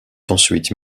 ensuite